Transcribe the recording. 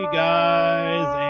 guys